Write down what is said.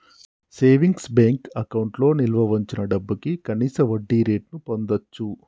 savings bank అకౌంట్లో నిల్వ వుంచిన డబ్భుకి కనీస వడ్డీరేటును పొందచ్చు